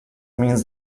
means